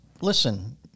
Listen